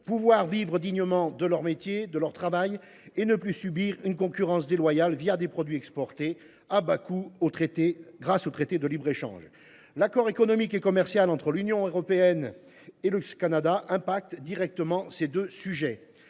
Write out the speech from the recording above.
pouvoir vivre dignement de leur métier, de leur travail, d’une part, et ne plus subir une concurrence déloyale des produits exportés à bas coût grâce aux traités de libre échange, d’autre part. L’accord économique et commercial entre l’Union européenne et le Canada a directement trait à ces deux sujets.